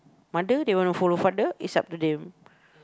mother they want to follow father is up to them